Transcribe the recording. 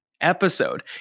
episode